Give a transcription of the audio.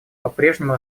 попрежнему